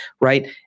right